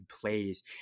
plays